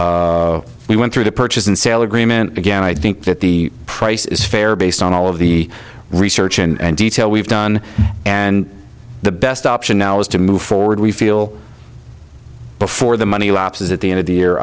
finished we went through the purchase and sale agreement again i think that the price is fair based on all of the research and detail we've done and the best option now is to move forward we feel before the money is at the end of the year